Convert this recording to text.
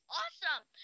awesome